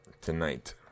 tonight